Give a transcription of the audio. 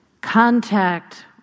contact